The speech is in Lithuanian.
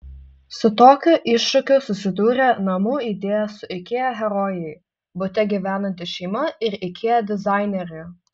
su tokiu iššūkiu susidūrė namų idėja su ikea herojai bute gyvenanti šeima ir ikea dizainerė